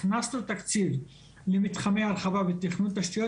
הכנסנו תקציב למתחמי הרחבה ותכנון תשתיות